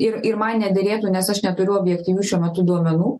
ir ir man nederėtų nes aš neturiu objektyvių šiuo metu duomenų